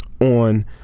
on